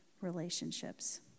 relationships